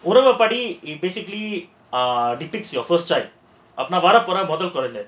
மொதல்ல படி:mothalla padi basically are depicts your first child அப்போனா வர போற மொதல் கொழந்த:appona vara pora mothal kolantha